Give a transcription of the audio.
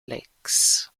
lakes